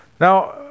Now